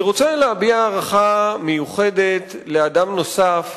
אני רוצה להביע הערכה מיוחדת לאדם נוסף,